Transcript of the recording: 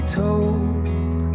told